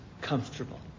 comfortable